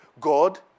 God